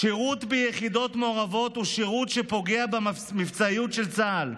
"שירות ביחידות מעורבות הוא שירות שפוגע במבצעיות של צה"ל,